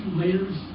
layers